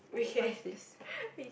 what's this